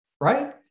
Right